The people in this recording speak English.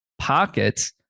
pockets